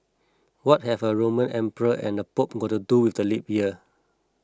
what have a Roman emperor and a Pope got to do with the leap year